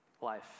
life